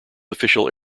official